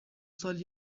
سال